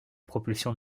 propulsion